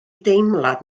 deimlad